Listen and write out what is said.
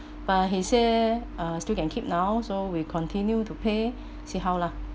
but he say uh still can keep now so we continue to pay see how lah